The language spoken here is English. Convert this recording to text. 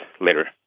later